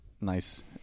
nice